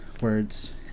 words